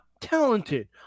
talented